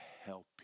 help